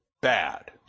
bad